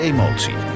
Emotie